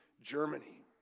Germany